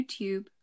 YouTube